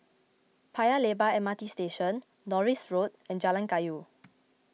Paya Lebar M R T Station Norris Road and Jalan Kayu